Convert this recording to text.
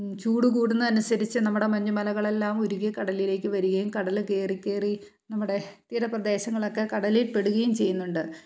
ചൂട് കൂടുന്നതനുസരിച്ച് നമ്മുടെ മഞ്ഞുമലകളെല്ലാം ഉരുകി കടലിലേക്ക് വരികയും കടൽ കയറിക്കയറി നമ്മുടെ തീരപ്രദേശങ്ങളൊക്കെ കടലിൽ പെടുകയും ചെയ്യുന്നുണ്ട്